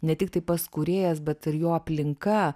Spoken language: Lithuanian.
ne tiktai pats kūrėjas bet ir jo aplinka